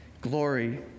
Glory